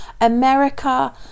America